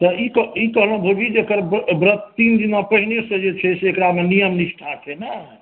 तऽ ई कहलहुँ जेकर व्रत तीन दिना पहिने से जे चाही से एकरामे नियम निष्ठा छै ने